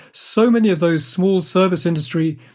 so many of those small service industry,